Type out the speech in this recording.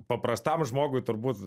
paprastam žmogui turbūt